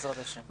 בעזרת השם.